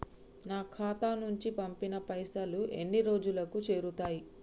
నా ఖాతా నుంచి పంపిన పైసలు ఎన్ని రోజులకు చేరుతయ్?